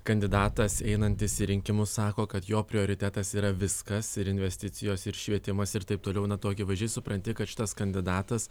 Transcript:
kandidatas einantis į rinkimus sako kad jo prioritetas yra viskas ir investicijos ir švietimas ir taip toliau na tu akivaizdžiai supranti kad šitas kandidatas